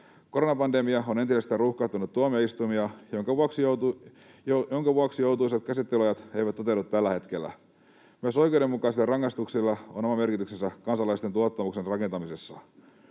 Koronapandemia on entisestään ruuhkauttanut tuomioistuimia, minkä vuoksi joutuisat käsittelyajat eivät toteudu tällä hetkellä. Myös oikeudenmukaisilla rangaistuksilla on oma merkityksensä kansalaisten luottamuksen rakentamisessa.